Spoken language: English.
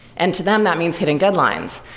and to them, that means hitting deadlines.